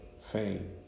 fame